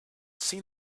seen